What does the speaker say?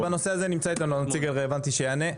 בנושא הזה נמצא איתנו הנציג הרלוונטי שיענה.